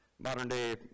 modern-day